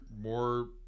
more